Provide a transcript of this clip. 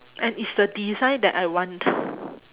and is the design that I want